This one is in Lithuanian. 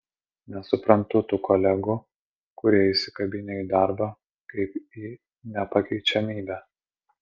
nesuprantu tų kolegų kurie įsikabinę į darbą kaip į nepakeičiamybę